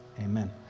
Amen